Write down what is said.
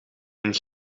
een